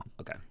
Okay